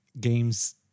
games